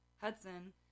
Hudson